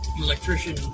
electrician